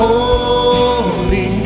Holy